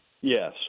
Yes